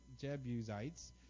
Jebusites